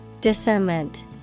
discernment